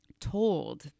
told